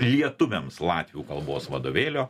lietuviams latvių kalbos vadovėlio